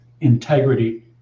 integrity